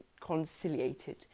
conciliated